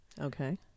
Okay